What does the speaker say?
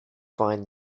find